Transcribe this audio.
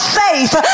faith